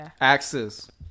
Axes